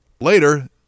Later